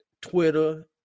Twitter